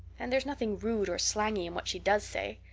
and there's nothing rude or slangy in what she does say.